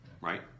right